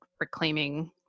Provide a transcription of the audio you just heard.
reclaiming